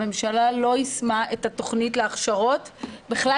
הממשלה לא יישמה את התוכנית להכשרות בכלל